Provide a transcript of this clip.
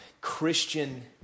Christian